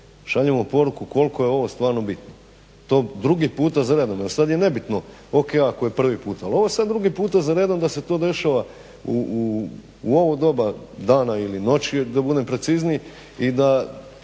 Šaljemo poruku koliko je ovo stvarno bitno. To drugi puta za redom jer sad je nebitno. O.k. ako je prvi puta, al' ovo je sad drugi puta za redom da se to dešava u ovo doba dana ili noći, da budem precizniji, i da